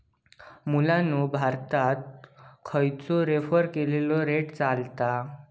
मुलांनो भारतात खयचो रेफर केलेलो रेट चलता?